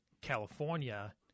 California